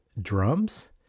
Drums